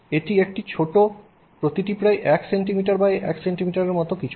এটি একটি ছোট প্রতিটি প্রায় 1 সেন্টিমিটার বাই 1 সেন্টিমিটার বা এর মতো কিছু